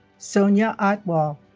sonia atwal